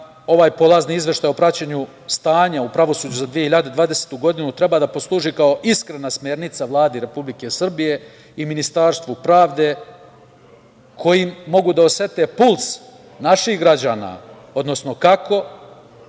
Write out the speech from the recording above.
ovaj polazni Izveštaj o praćenju stanja u pravosuđu za 2020. godinu treba da posluži kao iskrena smernica Vladi Republike Srbije i Ministarstvu pravde, koji mogu da osete puls naših građana, odnosno kako